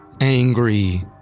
angry